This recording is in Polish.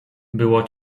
było